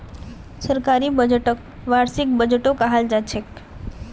सरकारी बजटक वार्षिक बजटो कहाल जाछेक